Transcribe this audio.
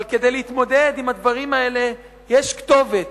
אבל כדי להתמודד עם הדברים האלה יש כתובת,